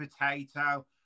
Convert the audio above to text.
potato